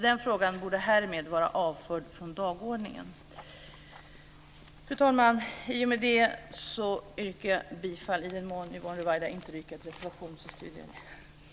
Den frågan borde härmed vara avförd från dagordningen. Fru talman! I den mån Yvonne Ruwaida inte redan yrkat bifall till reservationerna så gör jag det.